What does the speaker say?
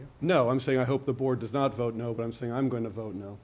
you know i'm saying i hope the board does not vote no but i'm saying i'm going to vote no